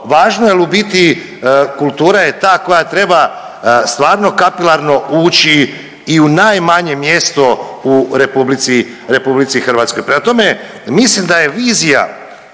važno jer u biti kultura je ta koja treba stvarno kapilarno ući i u najmanje mjesto u RH. Prema tome, mislim da je vizija